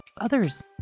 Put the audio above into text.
others